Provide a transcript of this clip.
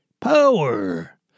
Power